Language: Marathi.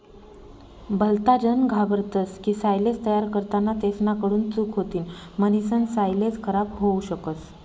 भलताजन घाबरतस की सायलेज तयार करताना तेसना कडून चूक होतीन म्हणीसन सायलेज खराब होवू शकस